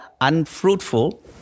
unfruitful